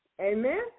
Amen